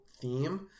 theme